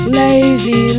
lazy